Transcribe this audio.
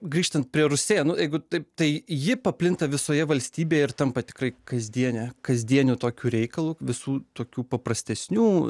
grįžtant prie rusėnų jeigu taip tai ji paplinta visoje valstybėje ir tampa tikrai kasdiene kasdieniu tokiu reikalu visų tokių paprastesnių